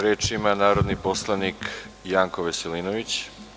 Reč ima narodni poslanik Janko Veselinović.